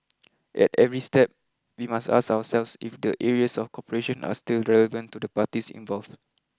at every step we must ask ourselves if the areas of cooperation are still relevant to the parties involve